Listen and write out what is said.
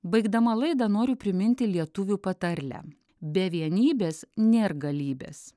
baigdama laidą noriu priminti lietuvių patarlę be vienybės nėr galybės